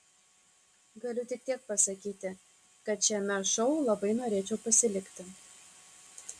galiu tik tiek pasakyti kad šiame šou labai norėčiau pasilikti